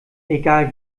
egal